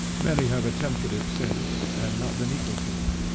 many have attempted it since, and not been equal to it.